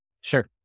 Sure